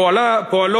פועלו,